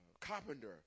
carpenter